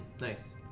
nice